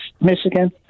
Michigan